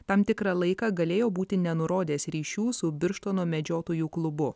tam tikrą laiką galėjo būti nenurodęs ryšių su birštono medžiotojų klubu